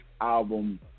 album